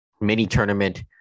mini-tournament